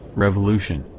revolution,